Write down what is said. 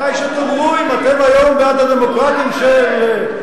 כדאי שתאמרו אם אתם היום בעד הדמוקרטים של בשאר אסד,